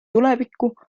tulevikku